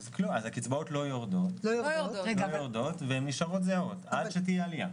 אז הקצבאות לא יורדות והן יישארו זהות עד שתהיה עלייה.